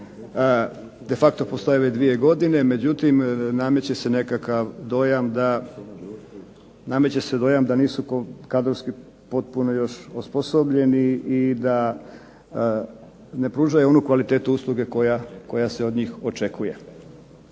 de facto postoje već dvije godine, međutim nameće se dojam da nisu kadrovski potpuno još osposobljeni i da ne pružaju onu kvalitetu usluge koja se od njih očekuje.